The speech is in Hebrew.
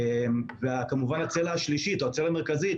וכמובן הצלע השלישית המרכזית,